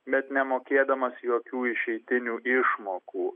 net nemokėdamas jokių išeitinių išmokų